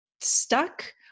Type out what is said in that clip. stuck